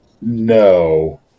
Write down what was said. No